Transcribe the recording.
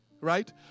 right